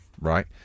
right